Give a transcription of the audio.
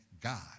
God